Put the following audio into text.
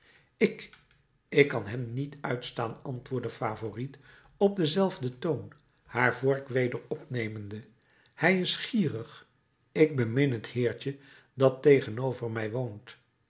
ik ik kan hem niet uitstaan antwoordde favourite op denzelfden toon haar vork weder opnemende hij is gierig ik bemin het heertje dat tegenover mij woont